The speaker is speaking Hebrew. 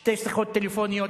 שתי שיחות טלפוניות,